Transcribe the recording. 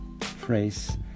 phrase